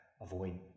avoid